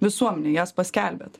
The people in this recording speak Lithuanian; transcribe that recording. visuomenei jas paskelbėt